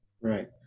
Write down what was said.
Right